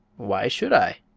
why should i?